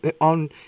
on